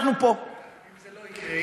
אם זה לא יקרה,